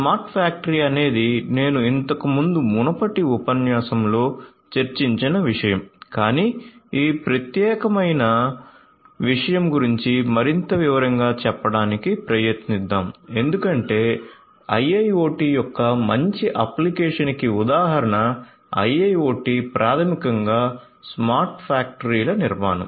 smart factory అనేది నేను ఇంతకుముందు మునుపటి ఉపన్యాసంలో చర్చించిన విషయం కాని ఈ ప్రత్యేకమైన విషయం గురించి మరింత వివరంగా చెప్పడానికి ప్రయత్నిద్దాం ఎందుకంటే IIoT యొక్క మంచి అప్లికేషన్ కి ఉదాహరణ IIoT ప్రాథమికంగా స్మార్ట్ ఫ్యాక్టరీల నిర్మాణం